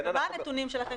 ומה הנתונים שלכם?